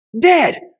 dead